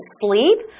sleep